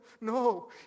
No